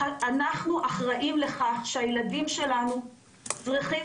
אנחנו אחראים לכך שהילדים שלנו צריכים